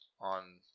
on